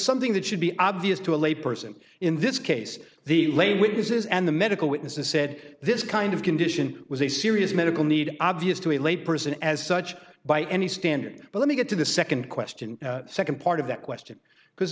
something that should be obvious to a layperson in this case the lay witnesses and the medical witnesses said this kind of condition was a serious medical need obvious to a lay person as such by any standard but let me get to the nd question nd part of that question because